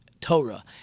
Torah